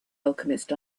alchemist